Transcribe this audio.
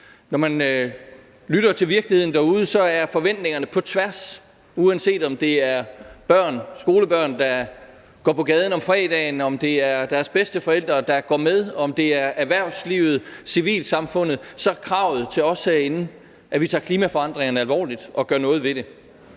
Når man lytter til virkeligheden derude, så er forventningerne på tværs og kravet til os herinde – uanset om det er skolebørn, der går på gaden om fredagen, om det er deres bedsteforældre, der går med, om det er erhvervslivet, civilsamfundet – at vi tager klimaforandringerne alvorligt og gør noget ved det.